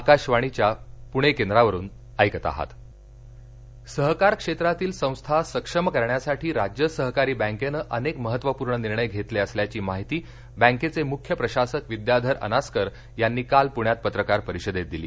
अनास्कर सहकार क्षेत्रातील संस्था सक्षम करण्यासाठी राज्य सहकारी बँकेनं अनेक महत्वपूर्ण निर्णय घेतले असल्याची माहिती बँकेचे मुख्य प्रशासक विद्याधर अनास्कर यांनी काल पृण्यात पत्रकार परिषदेत दिली